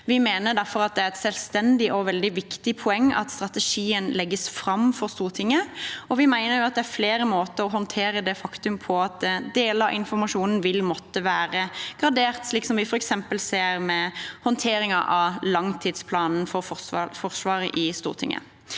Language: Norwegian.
poeng at strategien legges fram for Stortinget. Vi mener også at det er flere måter å håndtere det faktum på at deler av informasjonen vil måtte være gradert, slik vi f.eks. ser ved håndteringen av langtidsplanen for Forsvaret i Stortinget.